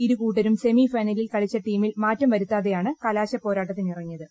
ഇരു കൂട്ടരും സെമി ഫൈനലിൽ കളിച്ച ടീമിൽ മാറ്റം വരുത്താതെയാണ് കലാശപ്പോരാട്ടത്തിനിറങ്ങിയത്